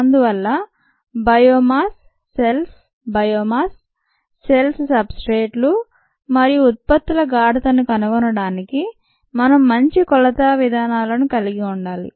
అందువల్ల biomass cells biomass cells సబ్స్ట్రేట్లు మరియు ఉత్పత్తుల గాఢతను కనుగొనడానికి మనం మంచి కొలత విధానాలను కలిగి ఉండాలి